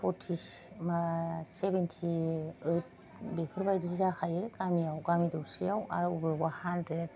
परटि सिमा सेभेनटि ओइथ बेफोरबादि जाखायो गामियाव गामि दरसेआव आरो अबावबा अबावबा हानद्रेद